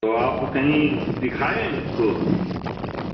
تو آپ کہیں دکھائے ہیں اس کو